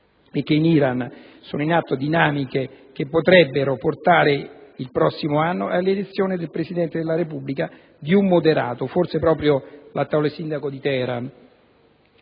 e che in Iran sono in atto dinamiche che potrebbero portare il prossimo anno alla elezione come Presidente della Repubblica di un moderato (forse proprio l'attuale sindaco di Teheran).